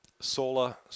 Sola